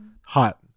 Hot